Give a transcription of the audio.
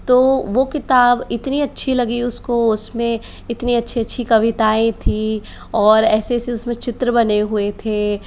तो वो किताब इतनी अच्छी लगी उसको उसमें इतनी अच्छी अच्छी कविताएं थी और ऐसे ऐसे उसमें चित्र बने हुए थे